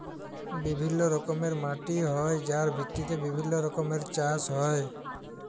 বিভিল্য রকমের মাটি হ্যয় যার ভিত্তিতে বিভিল্য রকমের চাস হ্য়য়